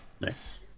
Nice